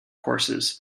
courses